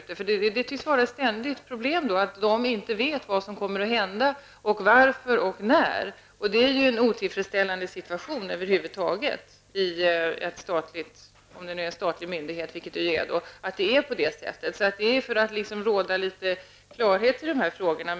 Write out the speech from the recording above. Det tycks nämligen vara ett ständigt problem för personalen att inte veta vad som kommer att hända, varför och när. Det är ju en otillfredsställande situation över huvud taget att det är på det sättet hos en statlig myndighet. Det gäller att det råder klarhet i de här frågorna.